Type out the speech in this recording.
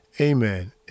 Amen